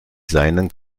seinen